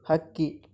ಹಕ್ಕಿ